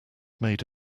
made